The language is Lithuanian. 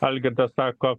algirdas sako